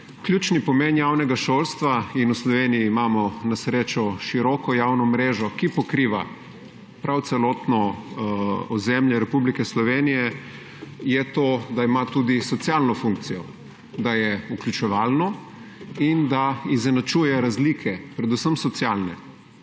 Ključni pomen javnega šolstva – in v Sloveniji imamo na srečo široko javno mrežo, ki pokriva prav celotno ozemlje Republike Slovenije – je to, da ima tudi socialno funkcijo, da je vključevalno in da izenačuje razlike, predvsem socialne.